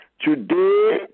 today